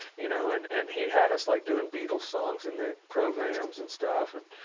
you know, and and he had us like doing beatles songs in the programs and stuff. and,